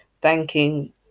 thanking